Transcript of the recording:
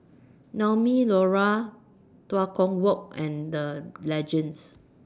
Naumi Liora Tua Kong Walk and The Legends